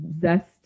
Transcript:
zest